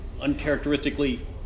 uncharacteristically